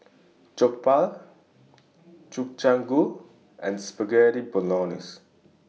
Jokbal Gobchang Gui and Spaghetti Bolognese